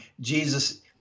Jesus